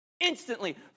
instantly